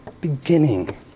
beginning